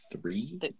three